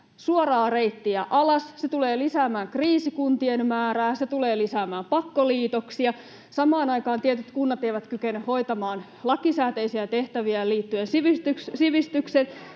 suoraa reittiä alas. Se tulee lisäämään kriisikuntien määrää. Se tulee lisäämään pakkoliitoksia. Samaan aikaan tietyt kunnat eivät kykene hoitamaan lakisääteisiä tehtäviään liittyen sivistykseen.